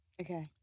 Okay